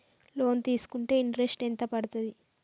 Loan తీస్కుంటే interest ఎంత పడ్తది?